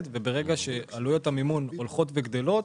ברגע שעלויות המימון הולכות וגדלות.